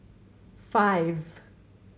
five